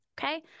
Okay